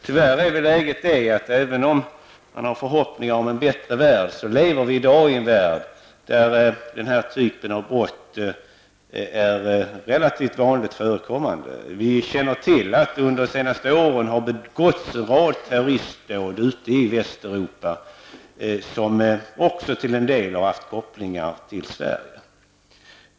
Tyvärr är läget det att även om man har förhoppningar om en bättre värld så lever vi i dag i en värld där den här typen av brott är relativt vanligt förkommande. Vi känner till att under de senaste åren har det begåtts en rad terroristdåd ute i Västeuropa som också till en del har haft kopplingar till Sverige.